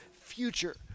future